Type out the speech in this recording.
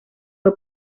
fue